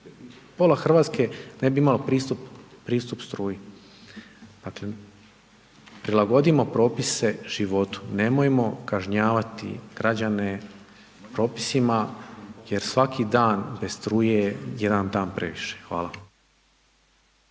Pola Hrvatske ne bi imalo pristup struji. Dakle, prilagodimo propise životu, nemojmo kažnjavati građane propisima, jer svaki dan bez struje je jedan dan previše. Hvala.